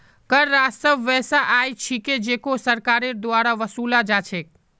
कर राजस्व वैसा आय छिके जेको सरकारेर द्वारा वसूला जा छेक